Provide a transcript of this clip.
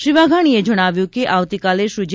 શ્રી વાઘાણીએ જણાવ્યું હતું કે આવતીકાલે શ્રી જે